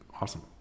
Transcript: awesome